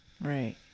Right